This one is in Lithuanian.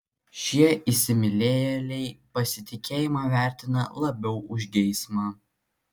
šie įsimylėjėliai pasitikėjimą vertina labiau už geismą